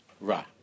ra